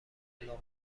لقمه